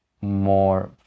more